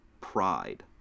pride